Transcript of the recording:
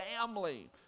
family